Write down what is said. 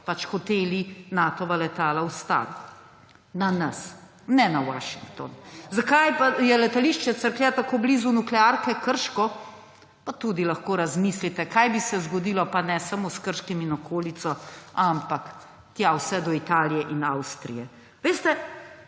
pač hoteli Natova letala ustaviti? Na nas, ne na Washington. Zakaj pa je letališče Cerklje tako blizu nuklearke Krško? Pa tudi lahko razmislite, kaj bi se zgodilo, pa ne samo s Krškim in okolico, ampak tja vse do Italije in Avstrije. Veste,